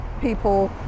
people